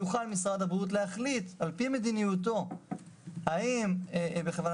יוכל משרד הבריאות להחליט על פי מדיניותו האם בכוונתו